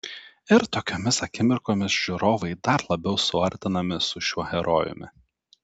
ir tokiomis akimirkomis žiūrovai dar labiau suartinami su šiuo herojumi